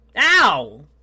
Ow